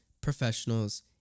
professionals